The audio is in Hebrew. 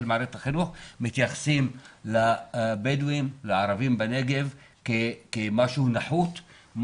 מערכת החינוך מתייחסים לבדואים לערבים בנגב כאל משהו נחות,